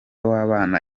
w’abana